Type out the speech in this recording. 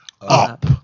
up